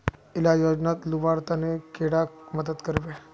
इला योजनार लुबार तने कैडा मदद करबे?